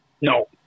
No